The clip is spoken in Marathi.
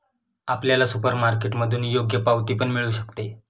आपल्याला सुपरमार्केटमधून योग्य पावती पण मिळू शकते